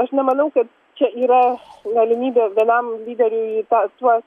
aš nemanau kad čia yra galimybė vienam lyderiui ta tuos